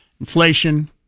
Inflation